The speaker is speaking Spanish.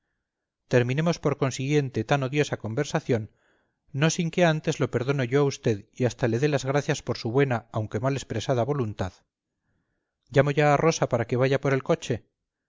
terminemos por consiguiente tan odiosa conversación no sin que antes lo perdone yo a usted y hasta le dé las gracias por su buena aunque mal expresada voluntad llamo ya a rosa para que vaya por el coche